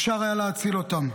אפשר היה להציל אותם.